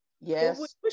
Yes